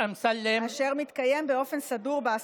השר הורוביץ.